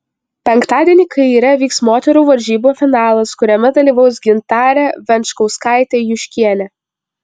penktadienį kaire vyks moterų varžybų finalas kuriame dalyvaus gintarė venčkauskaitė juškienė